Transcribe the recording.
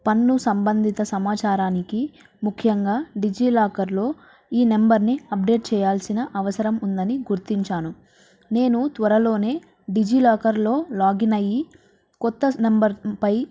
పన్ను సంబంధిత సమాచారానికి ముఖ్యంగా డిజి లాకర్లో ఈ నంబర్ని అప్డేట్ చేయాల్సిన అవసరం ఉందని గుర్తించాను నేను త్వరలోనే డిజి లాకర్లో లాగిన్ అయ్యి కొత్త నెంబర్పై